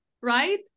right